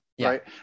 Right